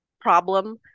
problem